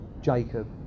Jacob